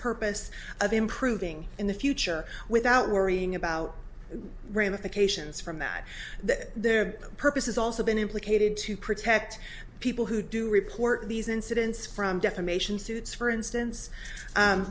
purpose of improving in the future without worrying about ramifications from that that their purpose is also been implicated to protect people who do report these incidents from defamation suits for instance